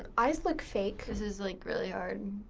and eyes look fake. this is like really hard.